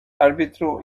árbitro